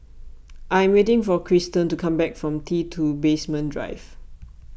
I am waiting for Cristen to come back from T two Basement Drive